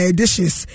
dishes